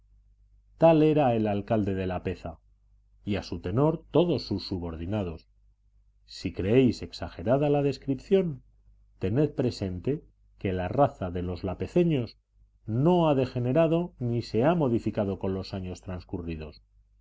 tal era el alcalde de lapeza y a su tenor todos sus subordinados si creéis exagerada la descripción tened presente que la raza de los lapezeños no ha degenerado ni se ha modificado con los años transcurridos